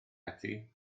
ati